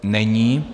Není.